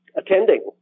attending